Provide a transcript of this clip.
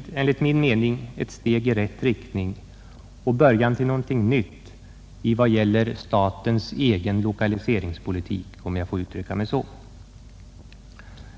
förslaget enligt min mening är ett steg i rätt riktning och början till något nytt i vad gäller, om jag så får uttrycka det, statens egen lokaliseringspolitik.